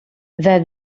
that